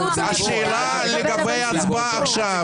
השאלה היא לגבי ההצבעה עכשיו.